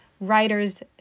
writer's